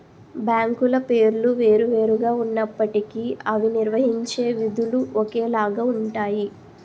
బ్యాంకుల పేర్లు వేరు వేరు గా ఉన్నప్పటికీ అవి నిర్వహించే విధులు ఒకేలాగా ఉంటాయి